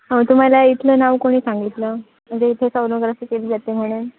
हो तुम्हाला इथलं नाव कोणी सांगितलं म्हणजे इथे सोनोग्राफी केली जाते म्हणून